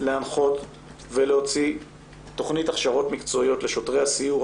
להנחות ולהוציא תוכנית הכשרות מקצועיות לשוטרי הסיור,